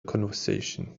conversation